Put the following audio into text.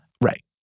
Right